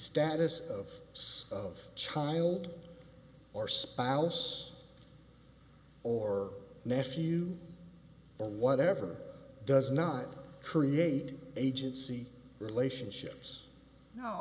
status of some of child or spouse or nephew or whatever does not create agency relationships